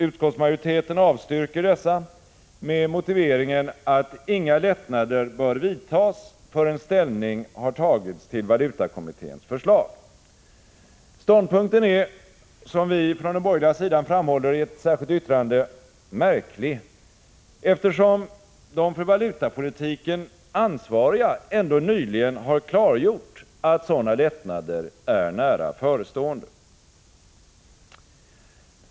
Utskottsmajoriteten avstyrker dessa med motiveringen att inga lättnader bör vidtas förrän ställning har tagits till valutakommitténs förslag. Ståndpunkten är — som vi från den borgerliga sidan framhåller i ett särskilt yttrande — märklig, eftersom de för valutapolitiken ansvariga ändå nyligen har klargjort att sådana lättnader är nära förestående.